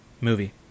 movie